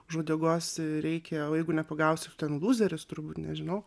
už uodegos reikia o jeigu nepagausi ten lūzeris turbūt nežinau